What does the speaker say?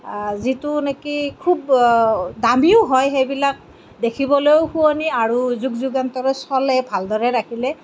যিটো নেকি খুব দামীও হয় সেইবিলাক দেখিবলৈও শুৱনি আৰু যুগ যুগান্তৰলৈ চলে ভালদৰে ৰাখিলে